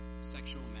Sexual